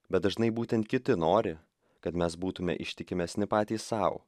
bet dažnai būtent kiti nori kad mes būtume ištikimesni patys sau